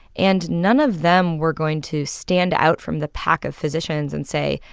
and none of them were going to stand out from the pack of physicians and say,